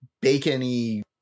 bacon-y